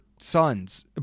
sons